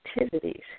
activities